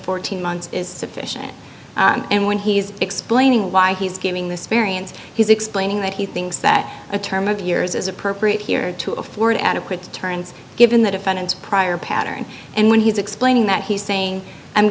fourteen months is sufficient and when he's explaining why he's giving this variance he's explaining that he thinks that a term of years is appropriate here to afford adequate turns given the defendant's prior pattern and when he's explaining that he's saying i'm